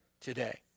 today